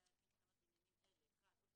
רשאי להתקין תקנות בעניינים אלו: (1)אופן